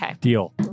Deal